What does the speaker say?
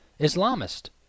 Islamist